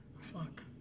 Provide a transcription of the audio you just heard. Fuck